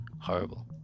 horrible